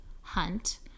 Hunt